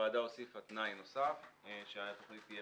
הוועדה הוסיפה תנאי נוסף והוא שהתכנית תהיה